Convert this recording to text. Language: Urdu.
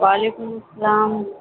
وعلیکم السلام